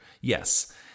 yes